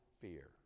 fear